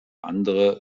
andere